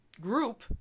group